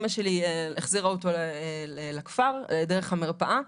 אמא שלי החזירה אותו לכפר, דרך המרפאה.